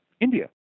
India